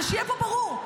ושיהיה פה ברור,